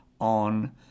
on